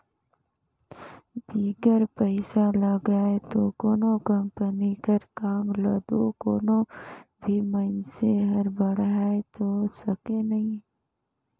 बिगर पइसा लगाए दो कोनो कंपनी कर काम ल दो कोनो भी मइनसे हर बढ़ाए दो सके नई